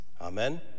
Amen